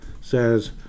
says